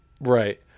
Right